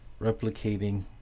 replicating